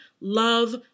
love